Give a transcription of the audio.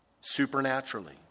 supernaturally